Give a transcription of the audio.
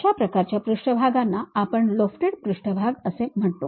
अशा प्रकारच्या पृष्ठभागांना आपण लोफ्टेड पृष्ठभाग म्हणतो